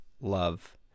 love